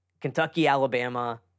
Kentucky-Alabama